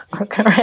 Okay